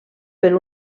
per